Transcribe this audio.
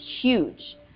huge